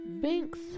Binks